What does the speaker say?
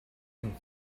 can